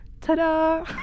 ta-da